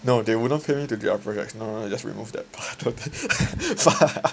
no no they wouldn't pay me to do their projects no no just remove that part fuck